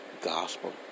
gospel